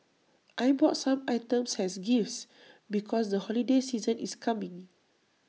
I bought some items as gifts because the holiday season is coming